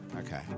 okay